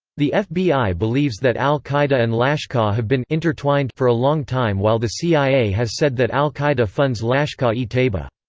the fbi believes that al-qaeda and lashkar have been intertwined for a long time while the cia has said that al-qaeda funds lashkar-e-taiba.